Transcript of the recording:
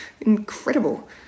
incredible